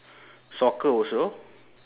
soccer also